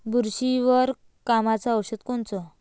बुरशीवर कामाचं औषध कोनचं?